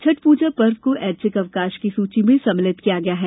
छठ पूजा पर्व को ऐच्छिक अवकाश की सूची में सम्मिलित किया गया है